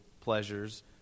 pleasures